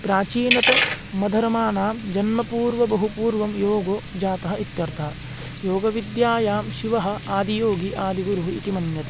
प्राचीनतम धर्माणां जन्मपूर्वं बहु पूर्वं योगो जातः इत्यर्थः योगविद्यायां शिवः आदियोगी आदिगुरुः इति मन्यते